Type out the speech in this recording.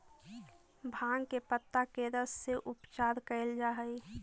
भाँग के पतत्ता के रस से उपचार कैल जा हइ